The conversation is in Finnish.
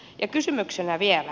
ja kysymyksenä vielä